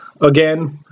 Again